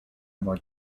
more